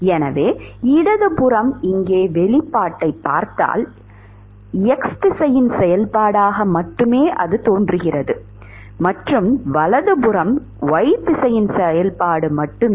எனவே இடது புறம் இங்கே வெளிப்பாட்டைப் பார்த்தால் இடது புறம் x திசையின் செயல்பாடு மட்டுமே மற்றும் வலது புறம் y திசையின் செயல்பாடு மட்டுமே